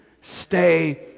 stay